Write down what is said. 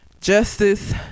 justice